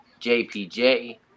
JPJ